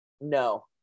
No